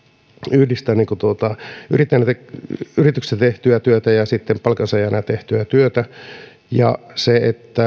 yhdistää yrityksessä yrittäjänä tehtyä työtä ja palkansaajana tehtyä työtä se